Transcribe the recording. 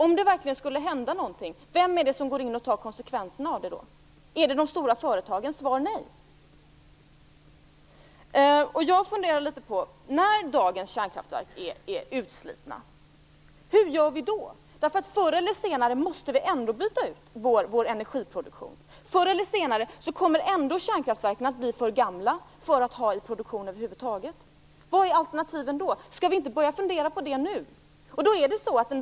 Vem är det som tar konsekvenserna om det verkligen skulle hända någonting? Är det de stora företagen? Svaret är nej. Förr eller senare måste vi ändå byta ut vår energiproduktion. Förr eller senare kommer kärnkraftverken ändå att bli för gamla för att ha i produktion. Vilka är alternativen då? Skall vi inte börja fundera på det nu?